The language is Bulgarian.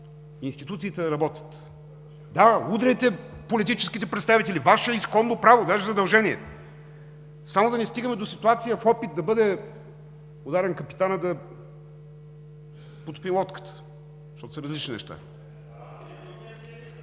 институциите да работят. Да, удряйте политическите представители – Ваше изконно право, даже задължение. Само да не стигаме до ситуация – в опит да бъде ударен капитанът, да потопим лодката, защото са различни неща.